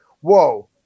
whoa